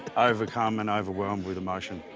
overcome and overwhelmed with emotion.